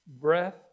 Breath